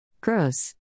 Gross